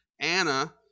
Anna